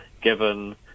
given